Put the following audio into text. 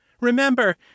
Remember